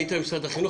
אני אתן למשרד החינוך,